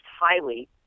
highly